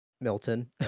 milton